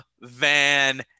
Van